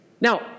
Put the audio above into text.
Now